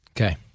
Okay